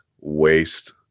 waste